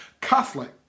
Catholic